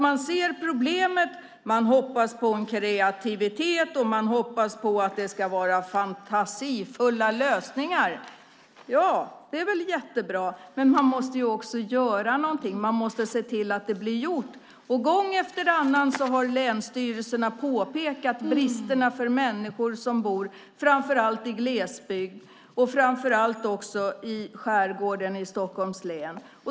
Man ser problemet och hoppas på kreativitet och hoppas att det ska vara fantasifulla lösningar. Det är väl jättebra, men man måste också göra något! Man måste se till att det blir gjort. Gång efter annan har länsstyrelserna påpekat bristerna för människor särskilt i glesbygd och i Stockholms skärgård.